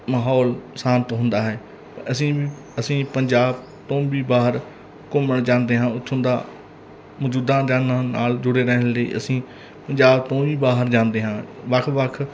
ਮਾਹੌਲ ਸ਼ਾਂਤ ਹੁੰਦਾ ਹੈ ਅਸੀਂ ਵੀ ਅਸੀਂ ਪੰਜਾਬ ਤੋਂ ਵੀ ਬਾਹਰ ਘੁੰਮਣ ਜਾਂਦੇ ਹਾਂ ਉਥੋਂ ਦਾ ਮੌਜੂਦਾ ਦਾਨਾ ਨਾਲ ਜੁੜੇ ਰਹਿਣ ਲਈ ਅਸੀਂ ਪੰਜਾਬ ਤੋਂ ਵੀ ਬਾਹਰ ਜਾਂਦੇ ਹਾਂ ਵੱਖ ਵੱਖ